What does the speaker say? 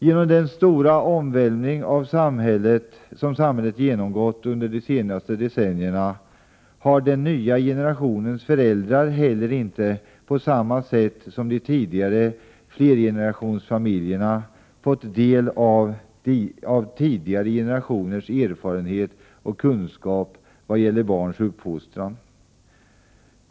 Genom den stora omvälvning som samhället genomgått under de senaste decennierna har den nya generationens föräldrar inte på samma sätt som var fallet i de tidigare flergenerationsfamiljerna fått del av tidigare generationers erfarenhet och kunskap när det gäller barns uppfostran.